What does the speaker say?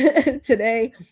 today